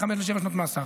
מחמש לשבע שנות מאסר,